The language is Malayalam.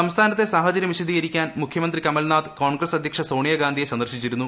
സംസ്ഥാനത്തെ ഡ്ര്ഹ്ഹ്ചര്യം വിശദീകരിക്കാൻ മുഖ്യമന്ത്രി കമൽനാഥ് കോൺഗ്രസ്സ് അദ്ധ്യക്ഷ സോണിയാഗാന്ധിയെ സന്ദർശിച്ചിരുന്നു